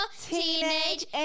Teenage